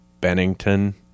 Bennington